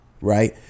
Right